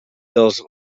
dels